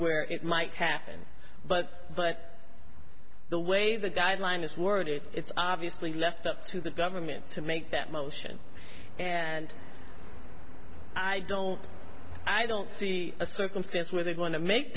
where it might happen but but the way the guideline is worded it's obviously left up to the government to make that motion and i don't i don't see a circumstance where they are going to make